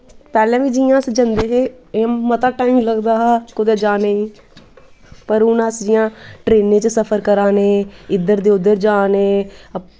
पैह्लें बी जि'यां अस जन्दे हे मता टैम लगदा हा जाने गी पर हून जि'यां अस ट्रेनें च सफर करा'रने इद्धर दे उद्धर जा'रने